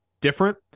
different